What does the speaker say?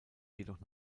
jedoch